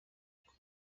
ako